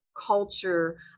culture